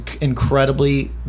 incredibly